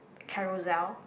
Carousel